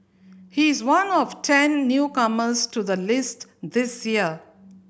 he is one of ten newcomers to the list this year